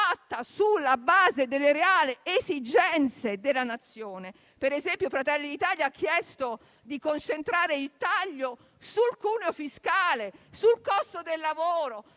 sulla base delle reali esigenze della Nazione. Per esempio, Fratelli d'Italia ha chiesto di concentrare il taglio sul cuneo fiscale, sul costo del lavoro